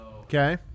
Okay